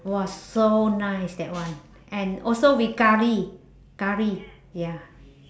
!wah! so nice that one and also with curry curry ya